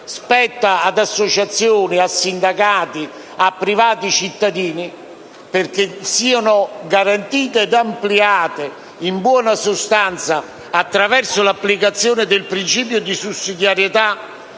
spetta ad associazioni, sindacati, a privati cittadini, affinché siano garantite ed ampliate, in buona sostanza, attraverso l'applicazione di tale principio, le libertà